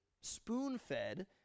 spoon-fed